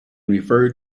referred